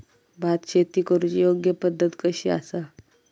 भात शेती करुची योग्य पद्धत कशी आसा?